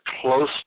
close